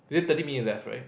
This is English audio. is it thirty minutes left right